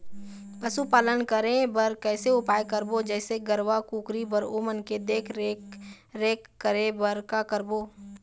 पशुपालन करें बर कैसे उपाय करबो, जैसे गरवा, कुकरी बर ओमन के देख देख रेख करें बर का करबो?